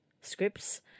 scripts